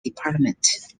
department